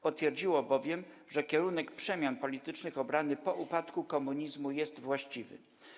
Potwierdziło bowiem, że kierunek przemian politycznych obrany po upadku komunizmu jest właściwy.